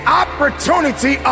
opportunity